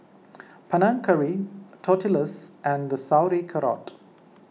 Panang Curry Tortillas and Sauerkraut